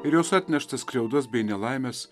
ir jos atneštas skriaudas bei nelaimes